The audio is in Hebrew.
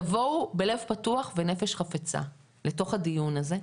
תבואו בלב פתוח ונפש חפצה לתוך הדיון הזה,